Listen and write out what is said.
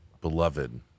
beloved